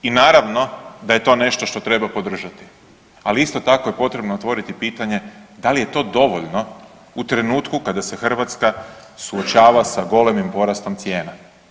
I naravno da je to nešto što treba podržati ali isto tako je potrebno otvoriti pitanje da li je to dovoljno kada se Hrvatska suočava sa golemim porastom cijena.